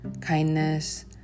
kindness